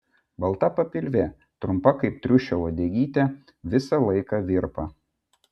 balta papilvė trumpa kaip triušio uodegytė visą laiką virpa